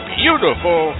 beautiful